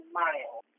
miles